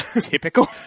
typical